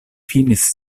finis